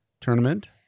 tournament